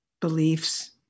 beliefs